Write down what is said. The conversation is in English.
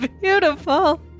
beautiful